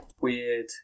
weird